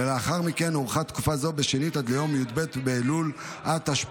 ולאחר מכן הוארכה תקופה זו בשנית עד ליום י"ב באלול התשפ"ד,